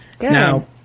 Now